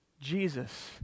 Jesus